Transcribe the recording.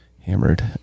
hammered